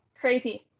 Crazy